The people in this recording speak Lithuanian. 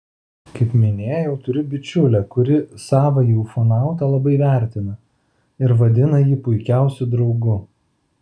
kaip minėjau turiu bičiulę kuri savąjį ufonautą labai vertina ir vadina jį puikiausiu draugu